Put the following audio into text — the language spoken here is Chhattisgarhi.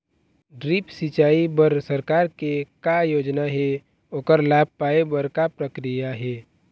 ड्रिप सिचाई बर सरकार के का योजना हे ओकर लाभ पाय बर का प्रक्रिया हे?